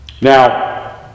Now